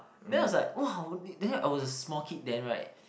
then I was like !wah! only then I was a small kid then [right]